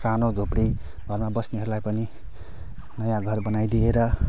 सानो झोपडी घरमा बस्नेहरूलाई पनि नयाँ घर बनाइदिएर